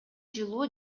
жылуу